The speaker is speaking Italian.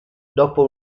dopo